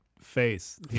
face